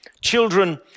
children